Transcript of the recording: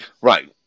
Right